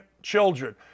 Children